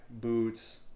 boots